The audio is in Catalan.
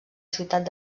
ciutat